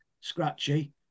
scratchy